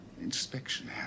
Inspection